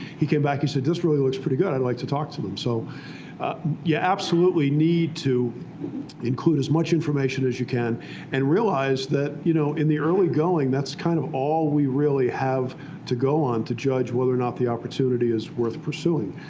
he came back. he said, this really looks pretty good. i'd like to talk to them. so you absolutely need to include as much information as you can and realize that, you know in the early going, that's kind of all we really have to go on to judge whether or not the opportunity is worth pursuing.